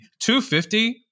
250